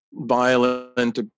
violent